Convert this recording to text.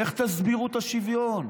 איך תסבירו את השוויון?